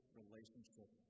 relationship